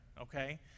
okay